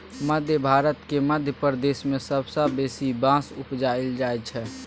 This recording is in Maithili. मध्य भारतक मध्य प्रदेश मे सबसँ बेसी बाँस उपजाएल जाइ छै